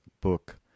book